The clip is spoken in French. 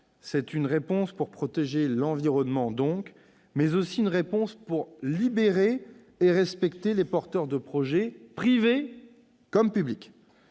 une réponse pour protéger l'environnement, mais aussi pour libérer et respecter les porteurs de projets, privés comme publics.